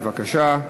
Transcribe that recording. בבקשה.